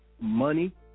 money